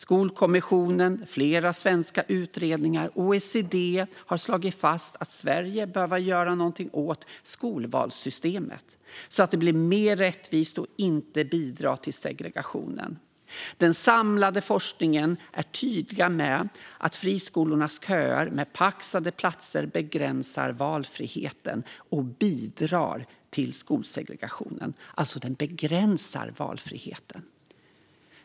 Skolkommissionen, flera svenska utredningar och OECD har slagit fast att Sverige behöver göra någonting åt skolvalssystemet så att det blir mer rättvist och inte bidrar till segregationen. Den samlade forskningen är tydlig med att friskolornas köer med paxade platser begränsar valfriheten och bidrar till skolsegregationen. Den begränsar alltså valfriheten.